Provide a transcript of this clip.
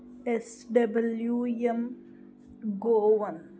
S W M go one